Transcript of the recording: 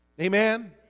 Amen